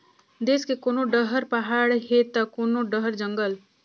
देस के कोनो डहर पहाड़ हे त कोनो डहर जंगल